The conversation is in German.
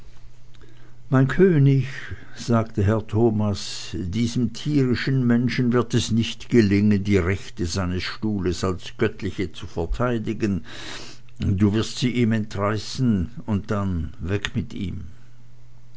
mein könig sagte herr thomas diesem tierischen menschen wird es nicht gelingen die rechte seines stuhles als göttliche zu verteidigen du wirst sie ihm entreißen und dann weg mit ihm